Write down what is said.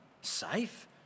Safe